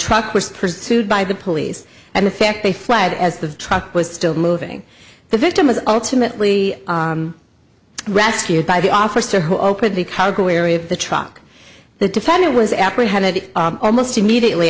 truck was pursued by the police and the fact they fled as the truck was still moving the victim was ultimately rescued by the officer who opened the cargo area of the truck the defendant was apprehended almost immediately